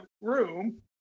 room